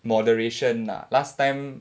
moderation lah last time